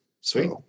Sweet